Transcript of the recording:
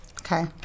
Okay